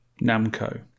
Namco